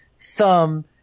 thumb